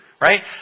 Right